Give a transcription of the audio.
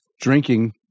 drinking